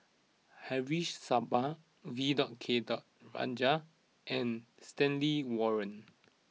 Haresh Sharma V dot K dot Rajah and Stanley Warren